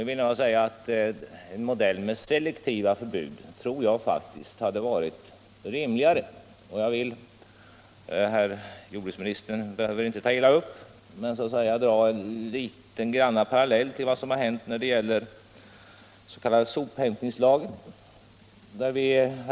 Personligen anser jag att en modell med selektiva förbud hade varit rimligare. Jag vill — herr jordbruksministern behöver inte ta illa upp — dra en liten parallell till vad som har hänt när det gäller den s.k. sophämtningslagen.